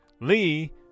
Lee